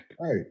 Right